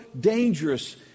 dangerous